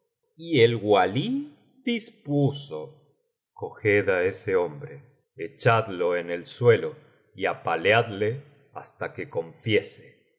y el walí dispuso coged á ese hombre echadlo en el suelo fy apaleadle hasta que confiese